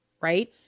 right